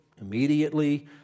immediately